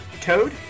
Toad